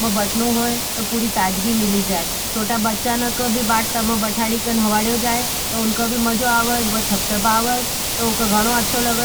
में बैठ जाई ता पूरी ताजगाई मिली जाई। छोटा बच्चा का भी बाथ टब में बैठाई जाई ता उनका अच्छा लगे, छप-छपावेन तो उनका घना अच्छा।